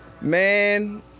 Man